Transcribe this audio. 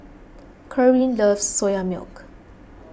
Kerwin loves Soya Milk